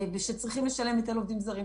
ושצריכים לשלם היטל עובדים זרים,